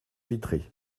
vitrée